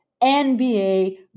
NBA